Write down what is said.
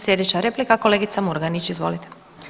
Sljedeća replika kolegica Murganić, izvolite.